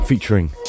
Featuring